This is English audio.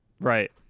right